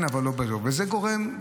וזה גורם,